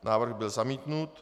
Návrh byl zamítnut.